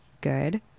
good